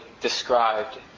described